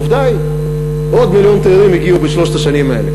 עובדה, עוד מיליון תיירים הגיעו בשלוש השנים האלה.